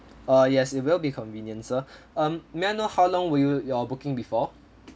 uh yes it will be convenient sir um may I know how long will you your booking before